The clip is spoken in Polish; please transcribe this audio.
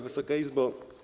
Wysoka Izbo!